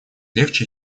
легче